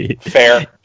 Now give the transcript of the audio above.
Fair